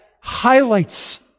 highlights